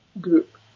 group